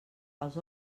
els